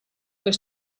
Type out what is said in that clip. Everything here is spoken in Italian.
per